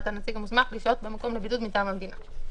הנציג המוסמך לשהות בבידוד מטעם המדינה.